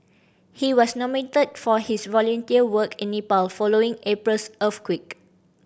he was nominated for his volunteer work in Nepal following April's earthquake